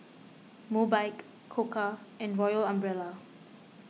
Mobike Koka and Royal Umbrella